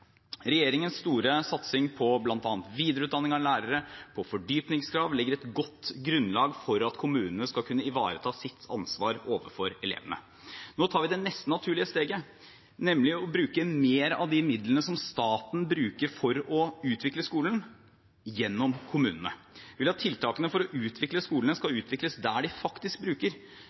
Regjeringens store satsing på bl.a. videreutdanning av lærere og fordypningskrav legger et godt grunnlag for at kommunene skal kunne ivareta sitt ansvar overfor elevene. Nå tar vi det neste naturlige steget, nemlig å bruke mer av de midlene som staten bruker for å utvikle skolen, gjennom kommunene. Vi vil at tiltakene for å utvikle skolene skal skje der de faktisk